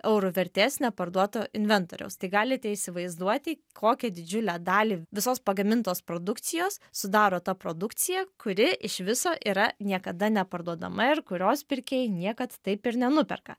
eurų vertės neparduoto inventoriaus tai galite įsivaizduoti kokią didžiulę dalį visos pagamintos produkcijos sudaro ta produkcija kuri iš viso yra niekada neparduodama ir kurios pirkėjai niekad taip ir nenuperka